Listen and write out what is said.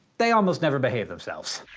they almost never behave themselves.